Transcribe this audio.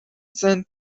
sent